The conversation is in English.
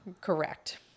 Correct